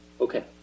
Okay